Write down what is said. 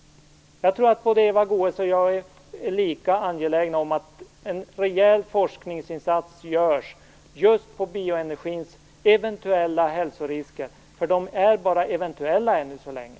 Jag tror att Eva Goës och jag är lika angelägna om att en rejäl forskningsinsats görs just om bioenergins eventuella hälsorisker - de är ju bara eventuella än så länge.